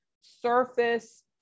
surface